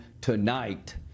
tonight